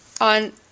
On